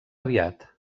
aviat